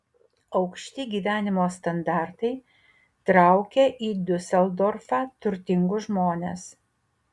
aukšti gyvenimo standartai traukia į diuseldorfą turtingus žmones